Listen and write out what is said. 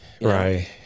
right